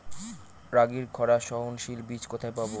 রাগির খরা সহনশীল বীজ কোথায় পাবো?